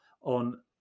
on